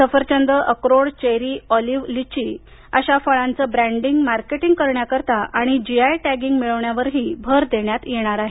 सफरचंद अक्रोड cherry olive लिची अशा फळांचे ब्रँडिंग मार्केटिंग करण्याकरता आणि जीआय टॅगिंग मिळवण्यावरही भर देण्यात येणार आहे